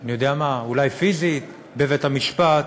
אני יודע מה, אולי פיזית, בבית-המשפט,